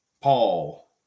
Paul